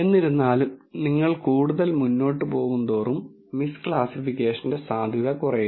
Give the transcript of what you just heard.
എന്നിരുന്നാലും നിങ്ങൾ കൂടുതൽ മുന്നോട്ട് പോകുന്തോറും മിസ് ക്ലാസിഫിക്കേഷന്റെ സാധ്യത കുറയുന്നു